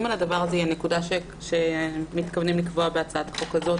על זה היא הנקודה שמתכוונים לקבוע בהצעת החוק הזאת.